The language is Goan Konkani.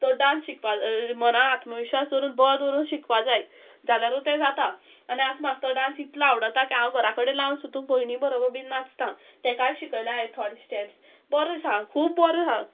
तो डांस शिकपा मना आत्मविश्वास दवरून बळ दवरून शिकपा जाय जाल्यारूय तें जाता आनी आस म्हाका तो डांस इतलो आवडटा की हांव घरा कडेन लावन सुद्दां भयणी बरोबर बीन नाचता तेकाय शिकयल्या थोडे स्टेप्स बरो आहा खूब बरो आहा